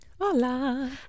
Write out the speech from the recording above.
Hola